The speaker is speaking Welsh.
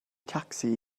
tacsi